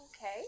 Okay